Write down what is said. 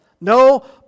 No